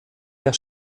der